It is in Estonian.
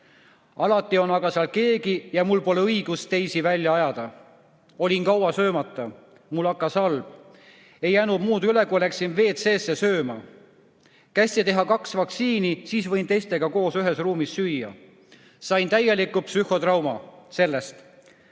Alati on aga seal keegi ja mul pole õigust teisi välja ajada. Olin kaua söömata, mul hakkas halb. Ei jäänud muud üle, kui läksin WC-sse sööma. Kästi teha kaks vaktsiini, siis võin teistega koos ühes ruumis süüa. Sain sellest täieliku psühhotrauma.